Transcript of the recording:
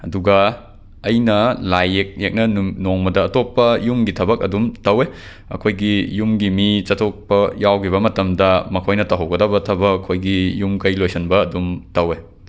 ꯑꯗꯨꯒ ꯑꯩꯅꯥ ꯂꯥꯏ ꯌꯦꯛ ꯌꯦꯛꯅ ꯅꯨ ꯅꯣꯡꯃꯗ ꯑꯇꯣꯞꯄ ꯌꯨꯝꯒꯤ ꯊꯕꯛ ꯑꯗꯨꯝ ꯇꯧꯋꯦ ꯑꯩꯈꯣꯏꯒꯤ ꯌꯨꯝꯒꯤ ꯃꯤ ꯆꯊꯣꯛꯄ ꯌꯥꯎꯒꯤꯕ ꯃꯇꯝꯗ ꯃꯈꯣꯏꯅ ꯇꯧꯍꯧꯒꯗꯕ ꯊꯕꯛ ꯑꯩꯈꯣꯏꯒꯤ ꯌꯨꯝ ꯀꯩ ꯂꯣꯏꯁꯟꯕ ꯑꯗꯨꯝ ꯇꯧꯋꯦ